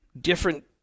different